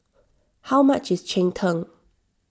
how much is Cheng Tng